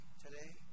today